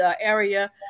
area